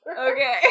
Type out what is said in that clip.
okay